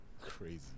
crazy